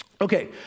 okay